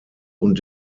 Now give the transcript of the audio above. und